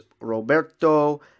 Roberto